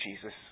Jesus